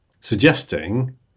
suggesting